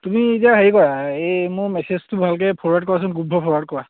তুমি এতিয়া হেৰি কৰা এই মোৰ মেছেজটো ভালকৈ ফৰৱাৰ্ড কৰাচোন গ্ৰুপবোৰত ফৰৱাৰ্ড কৰা